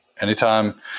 anytime